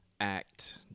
act